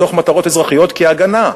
בתוך מטרות אזרחיות כהגנה.